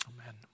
Amen